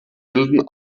bilden